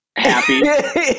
Happy